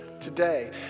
today